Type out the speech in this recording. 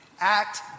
act